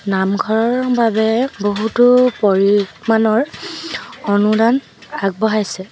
নামঘৰৰ বাবে বহুতো পৰিমাণৰ অনুদান আগবঢ়াইছে